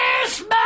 Christmas